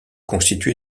constitué